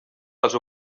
les